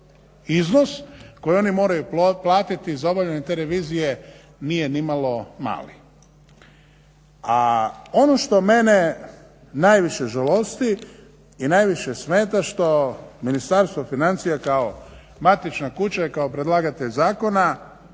iznos koji oni moraju platiti za obavljanje te revizije nije nimalo mali. A ono što mene najviše žalosti i najviše smeta što Ministarstvo financija kao matična kuća i kao predlagatelj zakona